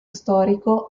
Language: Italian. storico